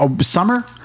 Summer